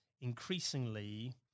increasingly